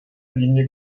linie